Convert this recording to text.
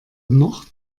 noch